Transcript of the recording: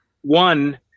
one